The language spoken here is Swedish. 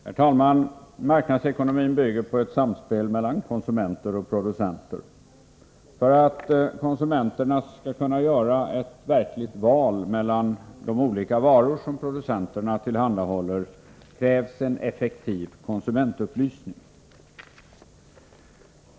Herr talman! Marknadsekonomin bygger på ett samspel mellan konsumenter och producenter. För att konsumenterna skall kunna göra ett verkligt val mellan de olika varor som producenterna tillhandahåller krävs en effektiv konsumentupplysning.